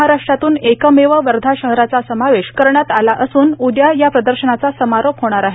महाराष्ट्रातून एकमेव वर्धा शहराचाच समावेश करण्यात आला असून उद्या या प्रदर्शनाचा समारोप होणार आहे